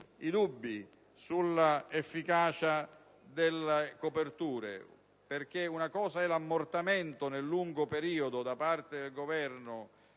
i dubbi sulla efficacia delle coperture, perché una cosa è l'ammortamento nel lungo periodo da parte del Governo